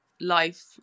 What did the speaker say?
life